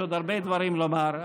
יש עוד הרבה דברים לומר,